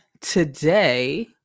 today